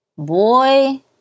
Boy